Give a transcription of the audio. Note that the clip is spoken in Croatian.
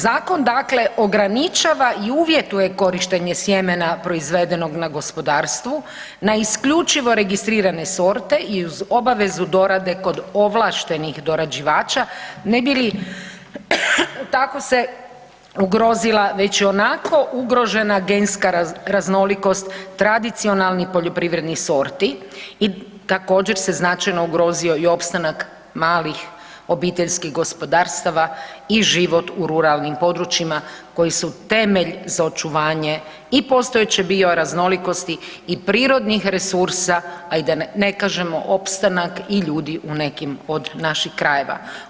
Zakon dakle ograničava i uvjetuje korištenje sjemena proizvedenog na gospodarstvu na isključivo registrirane sorte i uz obavezu dorade kod ovlaštenih dorađivača ne bi li tako se ugrozila već i onako ugrožena genska raznolikost tradicionalnih poljoprivrednih sorti i također se značajno ugrozio i opstanak malih OPG-ova i život u ruralnim područjima koji su temelj za očuvanje i postojeće bioraznolikosti i prirodnih resursa, a i da ne kažemo opstanak i ljudi u nekim od naših krajeva.